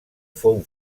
fou